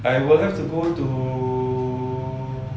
I will have to go to